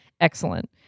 Excellent